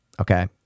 Okay